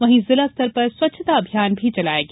वहीं जिला स्तर पर स्वच्छता अभियान भी चलाया गया